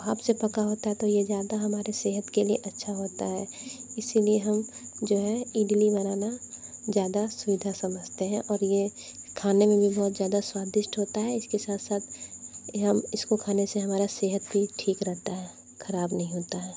भाप से पका होता तो ये ज़्यादा हमारे सेहत के लिए अच्छा होता है इस लिए हम जो है इडली बनाना ज़्यादा सुविधा समझते हैं और ये खाने में बहुत ज़्यादा स्वादिष्ट होता है इसके साथ साथ हम इसको खाने से हमारा सेहत भी ठीक रहता है ख़राब नहीं होता है